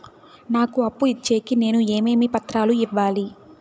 నాకు అప్పు ఇచ్చేకి నేను ఏమేమి పత్రాలు ఇవ్వాలి